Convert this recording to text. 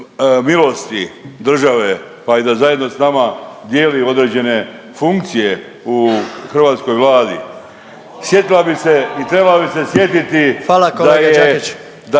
milosti državi pa i da zajedno s nama dijeli određene funkcije u hrvatskoj Vladi. Sjetila bi se i trebala bi se sjetiti